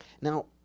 Now